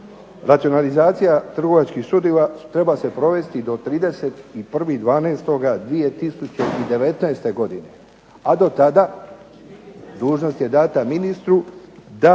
Racionalizacija trgovačkih sudova treba se provesti do 31.12.2019. godine, a do tada dužnost je data ministru da